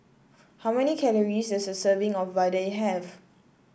how many calories does a serving of vadai have